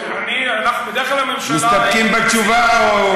בדרך כלל הממשלה, מסתפקים בתשובה?